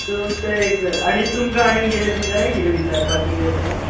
so ते एक जालें आनी तुमकां आनीक कितें जाय आनीक कितें विचारपाचे आसा